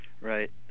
Right